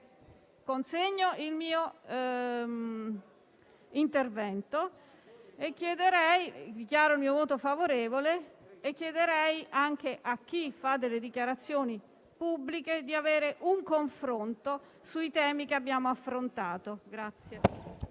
scritto del mio intervento e chiederei anche a chi fa talune dichiarazioni pubbliche di avere un confronto sui temi che abbiamo affrontato.